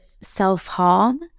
self-harm